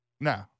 No